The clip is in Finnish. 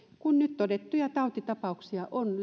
kun nyt todettuja tautitapauksia on